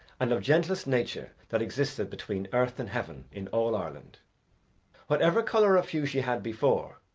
and of gentlest nature that existed between earth and heaven in all ireland whatever colour of hue she had before,